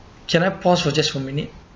can I pause for just a minute